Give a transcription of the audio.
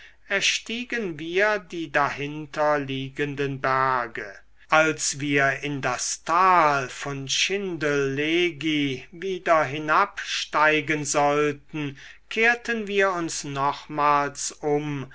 erstiegen wir die dahinter liegenden berge als wir in das tal von schindellegi wieder hinabsteigen sollten kehrten wir uns nochmals um